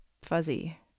fuzzy